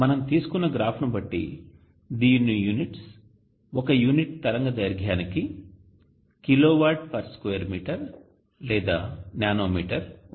మనం తీసుకున్న గ్రాఫ్ ను బట్టి దీని యూనిట్స్ ఒక యూనిట్ తరంగదైర్ఘ్యానికి కిలోవాట్ పర్ స్క్వేర్ మీటర్ లేదా నానో మీటర్ ఉంటాయి